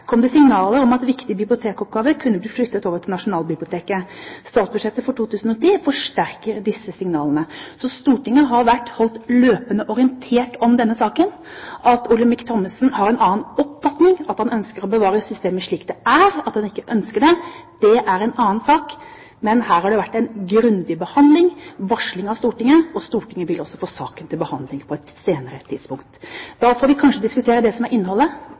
det signaler om at viktige bibliotekoppgaver kunne bli flyttet over til Nasjonalbiblioteket. Statsbudsjettet for 2010 forsterker disse signalene.» Så Stortinget har vært holdt løpende orientert om denne saken. At Olemic Thommessen har en annen oppfatning, at han ønsker å bevare systemet slik det er, at han ikke ønsker dette, det er en annen sak, men her har det vært en grundig behandling, varsling av Stortinget, og Stortinget vil også få saken til behandling på et senere tidspunkt. Da får vi kanskje diskutere det som er innholdet,